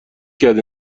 کرد